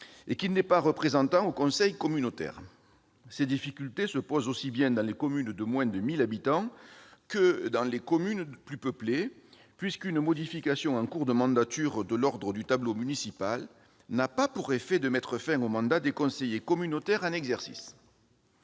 qu'il n'est pas membre du conseil communautaire. Ces difficultés se posent aussi bien dans les communes de moins de 1 000 habitants que dans les communes plus peuplées, puisqu'une modification de l'ordre du tableau municipal en cours de mandature n'a pas pour effet de mettre fin au mandat des conseillers communautaires en exercice.